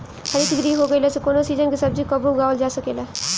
हरितगृह हो गईला से कवनो सीजन के सब्जी कबो उगावल जा सकेला